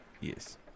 Yes